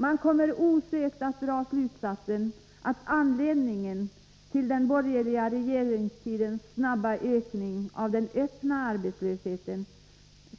Man kommer osökt att dra slutsatsen att anledningen till den borgerliga regeringstidens snabba ökning av den öppna arbetslösheten